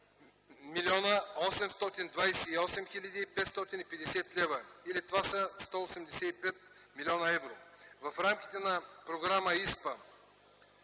млн. 828 хил. 550 лв. или това са 185 млн. евро. В рамките на Програма ИСПА